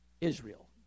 Israel